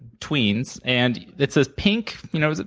tweens, and it says pink, you know,